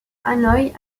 hanoï